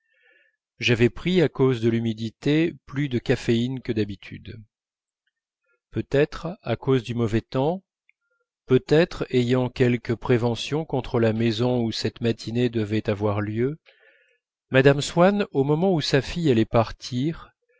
j'avais pris à cause de l'humidité plus de caféine que d'habitude peut-être à cause du mauvais temps peut-être ayant quelque prévention contre la maison où cette matinée devait avoir lieu mme swann au moment où sa fille allait partir